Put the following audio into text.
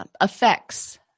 effects